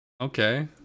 Okay